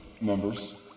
members